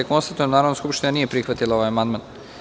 Konstatujem da Narodna skupština nije prihvatila ovaj amandman.